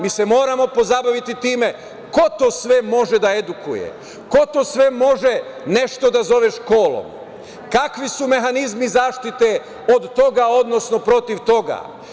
Mi se moramo pozabaviti time ko to sve može da edukuje, ko to sve može nešto da zoveš školom, kakvi su mehanizmi zaštite od toga, odnosno protiv toga.